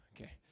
okay